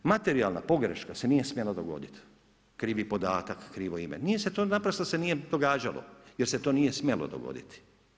Materijalna pogreška se nije smjela dogoditi, krivi podatak, krivo ime, nije se to, naprosto se nije događalo jer se to nije smjelo dogoditi.